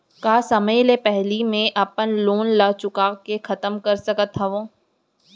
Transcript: का समय ले पहिली में अपन लोन ला चुका के खतम कर सकत हव?